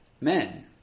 men